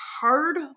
hard